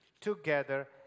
together